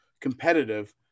Competitive